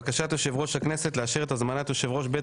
בקשת יושב ראש הכנסת לאשר את הזמנת יושב ראש בית